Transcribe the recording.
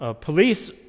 police